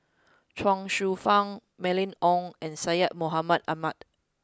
Chuang Hsueh Fang Mylene Ong and Syed Mohamed Ahmed